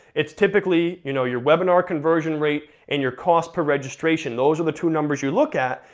it's typically, you know your webinar conversion rate, and your cost per registration, those are the two numbers you look at,